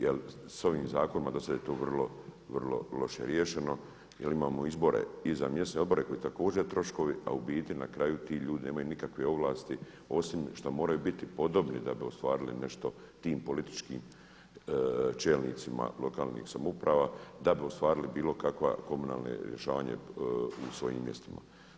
Jer s ovim zakonom do sad je to vrlo loše riješeno, jer imamo izbore i za mjesne odbore koji također troškovi, a u biti na kraju ti ljudi nemaju nikakve ovlasti osim što moraju biti podobni da bi ostvarili nešto tim političkim čelnicima lokalnih samouprava da bi ostvarili bilo kakva, komunalno rješavanje u svojim mjestima.